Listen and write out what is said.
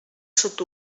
sud